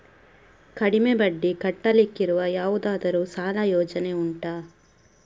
ಕಡಿಮೆ ಬಡ್ಡಿ ಕಟ್ಟಲಿಕ್ಕಿರುವ ಯಾವುದಾದರೂ ಸಾಲ ಯೋಜನೆ ಉಂಟಾ